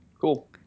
Cool